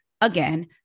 Again